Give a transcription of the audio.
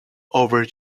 over